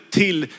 till